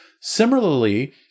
Similarly